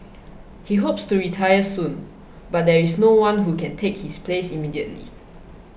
he hopes to retire soon but there is no one who can take his place immediately